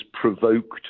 provoked